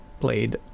played